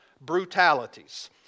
brutalities